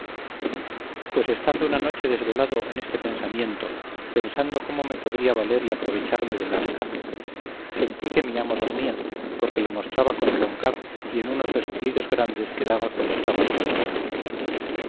pues estando una noche desvelado en este pensamiento pensando como me podría valer y aprovecharme del arcaz sentí que mi amo dormía porque lo mostraba con roncar y en unos resoplidos grandes que daba cuando estaba durmiendo